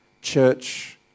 Church